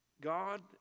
God